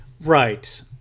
Right